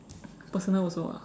personal also ah